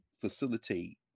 facilitate